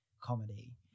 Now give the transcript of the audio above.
comedy